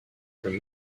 from